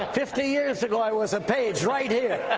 fifty years ago, i was a page right here.